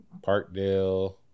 Parkdale